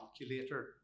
calculator